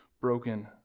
broken